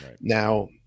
Now